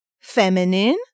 feminine